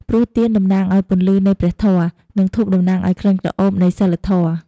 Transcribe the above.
ព្រោះទៀនតំណាងឱ្យពន្លឺនៃព្រះធម៌ និងធូបតំណាងឱ្យក្លិនក្រអូបនៃសីលធម៌។